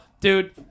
dude